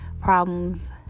problems